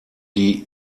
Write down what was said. die